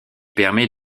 permet